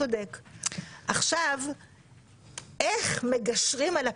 איך מגשרים על הפער,